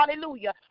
Hallelujah